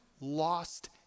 lost